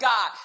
God